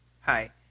Hi